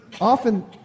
Often